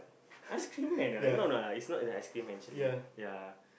ice cream man lah no no lah it's not in an ice cream actually ya